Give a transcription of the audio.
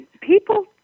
People